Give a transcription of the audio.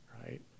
right